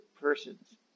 persons